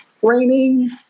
training